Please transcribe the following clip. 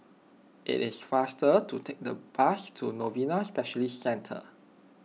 it is faster to take the bus to Novena Specialist Centre